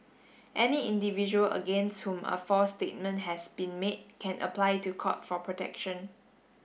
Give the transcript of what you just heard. any individual against whom a false statement has been made can apply to court for protection